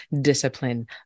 discipline